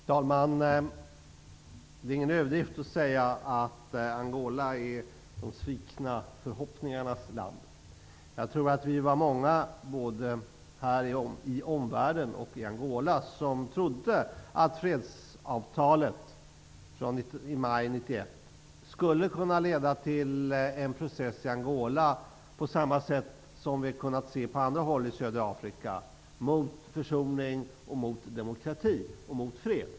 Herr talman! Det är ingen överdrift att säga att Angola är de svikna förhoppningarnas land. Jag tror att vi var många både här i omvärlden och i skulle kunna leda till en process i Angola på samma sätt som på andra håll i södra Afrika, en process syftande till försoning, demokrati och fred.